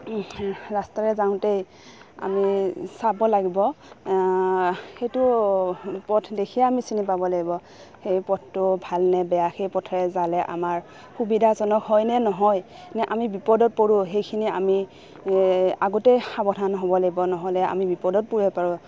ৰাস্তাৰে যাওঁতেই আমি চাব লাগিব সেইটো পথ দেখিয়ে আমি চিনি পাব লাগিব সেই পথটো ভাল নে বেয়া সেই পথেৰে যালে আমাৰ সুবিধাজনক হয়নে নহয় নে আমি বিপদত পৰোঁ সেইখিনি আমি আগতেই সাৱধান হ'ব লাগিব নহ'লে আমি বিপদত পৰিব পাৰোঁ